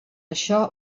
això